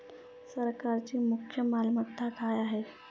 सरकारची मुख्य मालमत्ता काय आहे?